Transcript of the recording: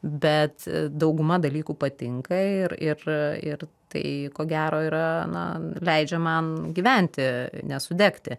bet dauguma dalykų patinka ir ir ir tai ko gero ir a na leidžia man gyventi nesudegti